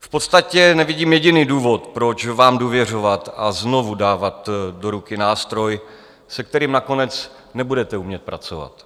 V podstatě nevidím jediný důvod, proč vám důvěřovat a znovu dávat do ruky nástroj, se kterým nakonec nebudete umět pracovat.